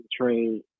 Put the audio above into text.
trade